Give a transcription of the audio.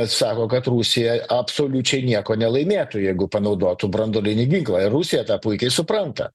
sako kad rusija absoliučiai nieko nelaimėtų jeigu panaudotų branduolinį ginklą ir rusija tą puikiai supranta